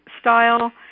style